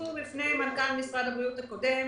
הוצפו בפני מנכ"ל משרד הבריאות הקודם